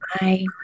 Bye